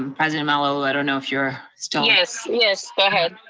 um president malauulu, i don't know if you're still. yes, yes, go ahead.